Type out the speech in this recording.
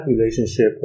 relationship